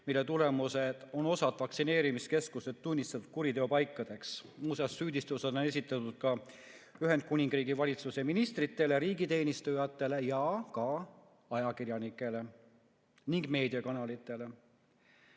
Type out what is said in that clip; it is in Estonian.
mille tulemusel on osa vaktsineerimiskeskusi tunnistatud kuriteopaikadeks. Muuseas, süüdistus on esitatud ka Ühendkuningriigi valitsuse ministritele, riigiteenistujatele, ka ajakirjanikele ning meediakanalitele.